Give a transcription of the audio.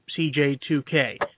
CJ2K